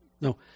No